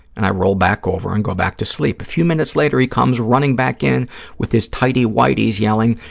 and i roll back over and go back to sleep. a few minutes later, he comes running back in with his tighty-whities yelling,